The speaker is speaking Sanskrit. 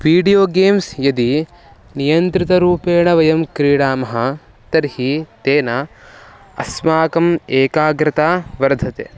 वीडियो गेम्स् यदि नियन्त्रितरूपेण वयं क्रीडामः तर्हि तेन अस्माकम् एकाग्रता वर्धते